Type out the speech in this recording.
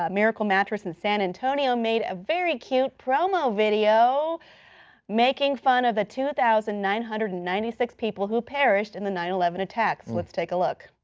ah miracle mattress in san antonio made a very cute promo video making fun of the two thousand nine hundred and ninety six people who perished in the nine eleven attacks. take a look.